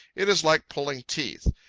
it is like pulling teeth.